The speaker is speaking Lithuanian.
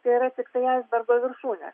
tai yra tiktai aisbergo viršūnė